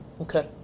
Okay